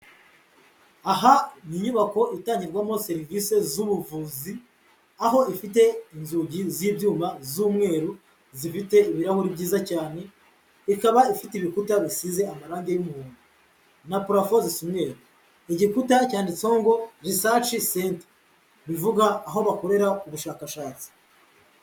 Aha ni inyubako itangirwamo serivise z'ubuvuzi aho ifite inzugi z'ibyuma z'umweru zifite ibirahuri byiza cyane, ikaba ifite ibikuta bisize amarangi y'umuhondo na parafo zisa umweru, igikuta cyanditseho ngo reseach centre bivuga aho bakorera ubushakashatsi.